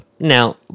Now